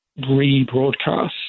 rebroadcast